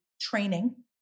training